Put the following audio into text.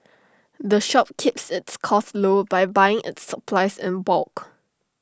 the shop keeps its costs low by buying its supplies in bulk